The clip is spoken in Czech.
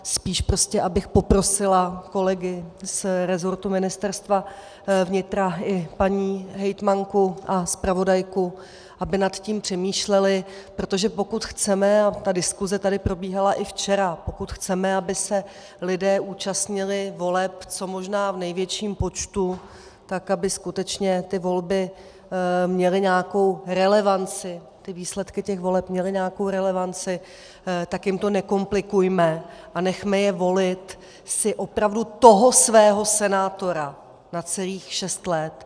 Spíš prostě abych poprosila kolegy z rezortu Ministerstva vnitra i paní hejtmanku a zpravodajku, aby nad tím přemýšleli, protože pokud chceme, a ta diskuse tady probíhala i včera, pokud chceme, aby se lidé účastnili voleb v co možná největším počtu, tak aby skutečně ty volby měly nějakou relevanci, výsledky těch voleb měly nějakou relevanci, tak jim to nekomplikujme a nechme je volit si opravdu toho svého senátora na celých šest let.